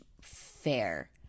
fair